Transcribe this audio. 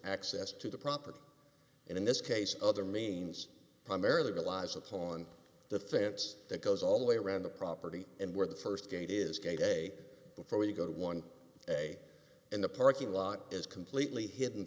access to the property and in this case other means primarily relies upon the fence that goes all the way around the property and where the st gate is gay day before we go to one way in the parking lot is completely hidden